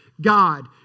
God